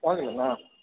भऽ गेल ने